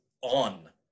on